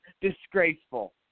disgraceful